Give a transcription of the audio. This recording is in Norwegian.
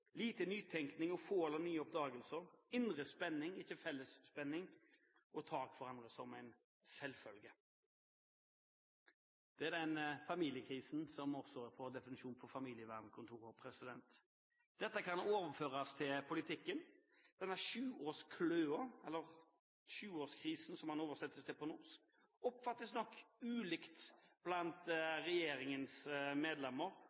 lite nytenkning og få eller nye oppdagelser indre spenning, ikke felles spenning å ta hverandre som en selvfølge. Denne familiekrisen blir også definert på familievernkontor. Dette kan overføres til politikken. Denne sjuårskløen, eller sjuårskrisen, som den oversettes til på norsk, oppfattes nok ulikt blant regjeringens medlemmer